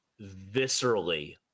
viscerally